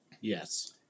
Yes